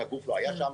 רק גוף לא היה שם.